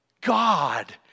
God